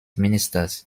ministers